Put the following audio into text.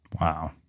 Wow